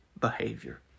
behavior